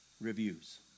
reviews